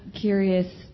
curious